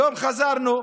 היום חזרנו,